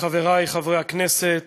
חברי חברי הכנסת,